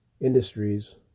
industries